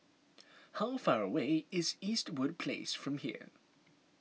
how far away is Eastwood Place from here